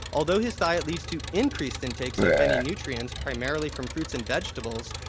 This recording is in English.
although his diet leads to increased intakes of many nutrients, primarily from fruits and vegetables,